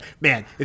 Man